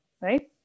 right